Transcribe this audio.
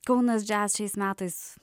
kaunas jazz šiais metais